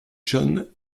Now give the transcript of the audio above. john